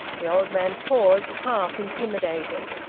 the old man paused, half intimidated.